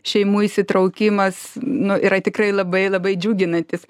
šeimų įsitraukimas nu yra tikrai labai labai džiuginantis